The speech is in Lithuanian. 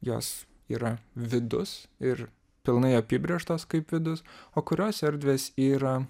jos yra vidus ir pilnai apibrėžtos kaip vidus o kurios erdvės yra